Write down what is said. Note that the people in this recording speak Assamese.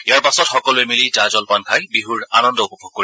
ইয়াৰ পাছত সকলোৱে মিলি জা জলপান খাই বিহুৰ আনন্দ উপভোগ কৰিব